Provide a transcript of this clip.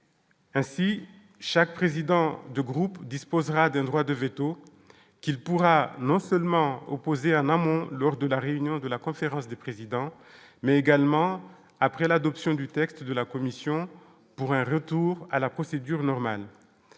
ainsi chaque président de groupe disposera d'un droit de véto qu'il pourra non seulement opposé en amont, lors de la réunion de la conférence des présidents, mais également après l'adoption du texte de la Commission pour un retour à la procédure normale,